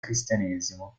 cristianesimo